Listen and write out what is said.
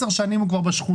10 שנים הוא כבר בשכונה,